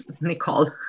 Nicole